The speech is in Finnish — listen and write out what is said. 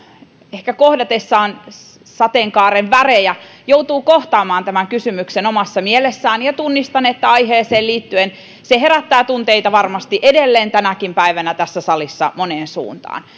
ehkä kohdatessaan sateenkaaren värejä joutuu kohtaamaan tämän kysymyksen omassa mielessään ja tunnistan aiheeseen liittyen että se herättää tunteita varmasti edelleen tänäkin päivänä tässä salissa moneen suuntaan